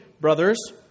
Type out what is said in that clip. brothers